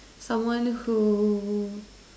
someone who